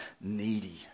needy